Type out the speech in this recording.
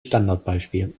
standardbeispiel